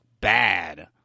bad